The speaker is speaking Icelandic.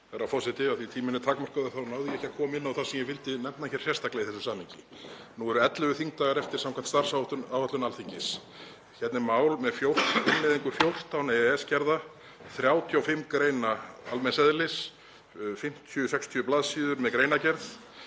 Herra forseti. Af því að tíminn er takmarkaður þá náði ég ekki að koma inn á það sem ég vildi nefna sérstaklega í þessu samhengi. Nú eru 11 þingdagar eftir samkvæmt starfsáætlun Alþingis. Hérna er mál með innleiðingu 14 EES-gerða, 35 greina almenns eðlis, 50–60 bls. með greinargerð.